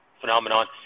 phenomenon